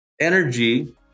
energy